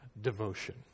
devotion